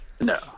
No